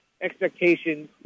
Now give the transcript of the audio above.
expectations